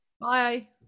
Bye